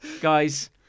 guys